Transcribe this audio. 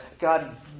God